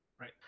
Right